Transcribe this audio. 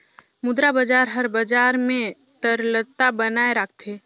मुद्रा बजार हर बजार में तरलता बनाए राखथे